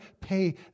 pay